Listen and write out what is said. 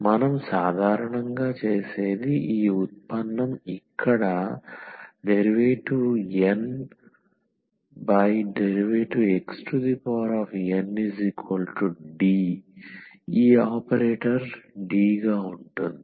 మనం సాధారణంగా చేసేది ఈ ఉత్పన్నం ఇక్కడ dndxn≡D ఈ ఆపరేటర్ D గా ఉంటుంది